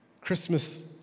Christmas